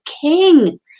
king